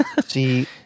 See